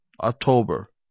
October